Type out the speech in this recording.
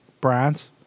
Brands